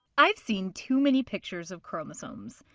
i've seen too many pictures of chromosomes.